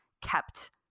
kept